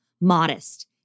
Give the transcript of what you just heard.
modest